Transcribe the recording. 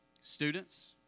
Students